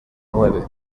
nueve